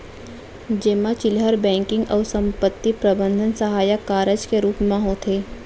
जेमा चिल्लहर बेंकिंग अउ संपत्ति प्रबंधन सहायक कारज के रूप म होथे